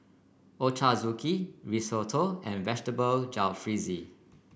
Ochazuke Risotto and Vegetable Jalfrezi